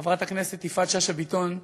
חברת הכנסת יפעת שאשא ביטון,